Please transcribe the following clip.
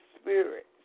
spirits